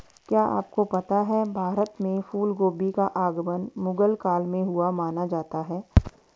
क्या आपको पता है भारत में फूलगोभी का आगमन मुगल काल में हुआ माना जाता है?